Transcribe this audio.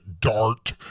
dart